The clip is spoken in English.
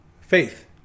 faith